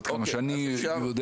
עד כמה שאני יודע.